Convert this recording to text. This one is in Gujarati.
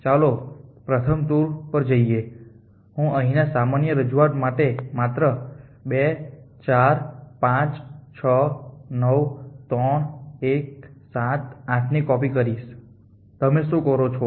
ચાલો પ્રથમ ટૂર પર જઈએ હું અહીંના સામાન્ય રજૂઆત માટે માત્ર 2 4 5 6 9 3 1 7 8 ની કોપી કરીશ તમે શું કરો છો